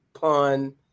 Pun